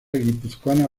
guipuzcoana